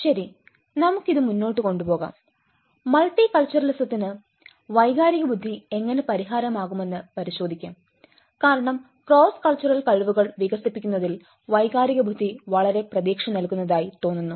ശരി നമുക്ക് ഇത് മുന്നോട്ട് കൊണ്ടുപോകാം മൾട്ടി കൾച്ചറലിസത്തിന് വൈകാരിക ബുദ്ധി എങ്ങനെ പരിഹാരമാകുമെന്ന് പരിശോധിക്കാം കാരണം ക്രോസ് കൾച്ചറൽ കഴിവുകൾ വികസിപ്പിക്കുന്നതിൽ വൈകാരിക ബുദ്ധി വളരെ പ്രതീക്ഷ നൽകുന്നതായി തോന്നുന്നു